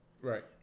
Right